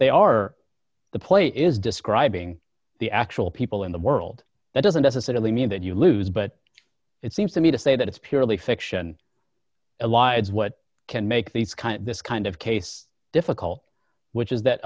they are the play is describing the actual people in the world that doesn't necessarily mean that you lose but it seems to me to say that it's purely fiction ilads what can make these kind of this kind of case difficult which is that